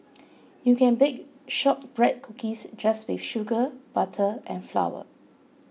you can bake Shortbread Cookies just with sugar butter and flour